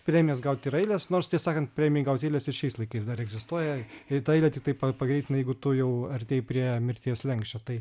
premijas gaut yra eilės nors tiesą sakant premijai gaut eilės ir šiais laikais dar egzistuoja ir tą eilę tiktai pagreitina jeigu tu jau artėji prie mirties slenksčio tai